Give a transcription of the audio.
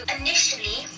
initially